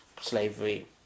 slavery